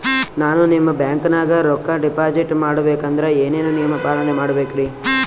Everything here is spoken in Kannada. ನಾನು ನಿಮ್ಮ ಬ್ಯಾಂಕನಾಗ ರೊಕ್ಕಾ ಡಿಪಾಜಿಟ್ ಮಾಡ ಬೇಕಂದ್ರ ಏನೇನು ನಿಯಮ ಪಾಲನೇ ಮಾಡ್ಬೇಕ್ರಿ?